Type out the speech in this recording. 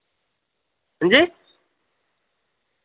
हांजी